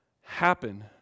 happen